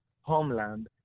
homeland